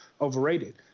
overrated